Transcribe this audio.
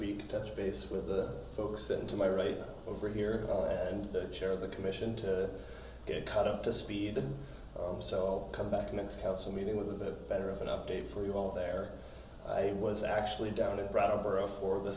week touch base with the folks that to my right over here and the chair of the commission to get caught up to speed so come back next council meeting with a better of an update for you all there i was actually down it brought up are a for the